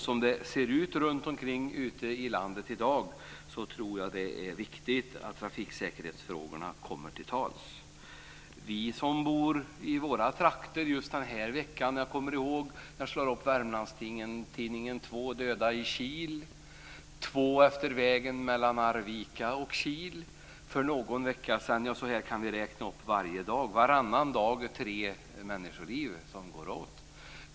Som det i dag ser ut runtom i landet tror jag att det är viktigt att trafiksäkerhetsfrågorna kommer till tals. När vi som bor i mina trakter slog upp Värmlandstidningen den här veckan kunde vi läsa om två döda i Kil och om två döda efter vägen mellan Arvika och Kil för någon vecka sedan. Så här kan vi räkna varje dag. Varannan dag är det tre människoliv som går åt.